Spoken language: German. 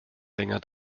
länger